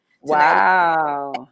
Wow